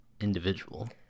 individual